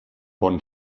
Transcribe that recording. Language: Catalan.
bon